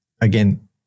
again